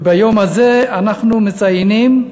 וביום הזה אנחנו מציינים,